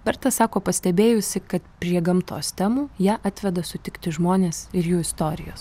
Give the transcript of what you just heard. berta sako pastebėjusi kad prie gamtos temų ją atveda sutikti žmonės ir jų istorijos